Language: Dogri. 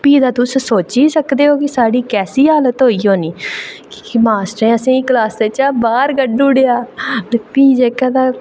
ते भी तुस ते सोची गै सकदे ओ कि साढ़ी कैसी हालत होई होनी मास्टरै असेंगी क्लॉसै चा बाहर कड्ढी ओड़ेआ ते भी जेह्का असेंगी